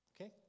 Okay